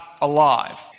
alive